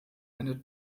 eine